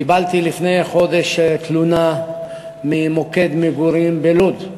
קיבלתי לפני חודש תלונה ממוקד מגורים בלוד.